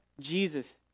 Jesus